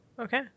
okay